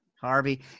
harvey